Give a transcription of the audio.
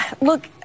look